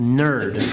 nerd